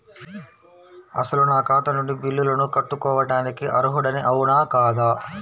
అసలు నా ఖాతా నుండి బిల్లులను కట్టుకోవటానికి అర్హుడని అవునా కాదా?